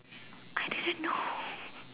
I didn't know